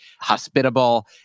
hospitable